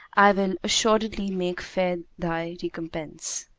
i will assuredly make fair thy recompense.